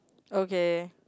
okay